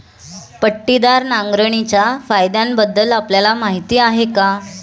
पट्टीदार नांगरणीच्या फायद्यांबद्दल आपल्याला माहिती आहे का?